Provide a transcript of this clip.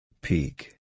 Peak